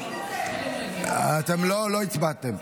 אתם לא הצבעתם.